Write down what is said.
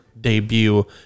debut